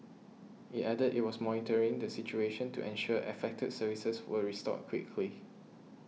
it added it was monitoring the situation to ensure affected services were restored quickly